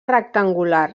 rectangular